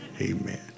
Amen